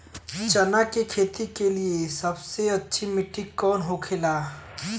चना की खेती के लिए सबसे अच्छी मिट्टी कौन होखे ला?